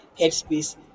headspace